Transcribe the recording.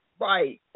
Right